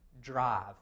drive